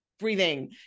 Breathing